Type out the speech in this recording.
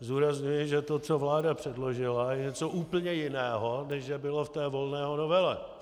Zdůrazňuji, že to, co vláda předložila, je něco úplně jiného, než bylo ve Volného novele.